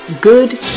Good